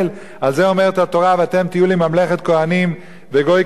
על זה אומרת התורה: "ואתם תהיו לי ממלכת כהנים וגוי קדוש,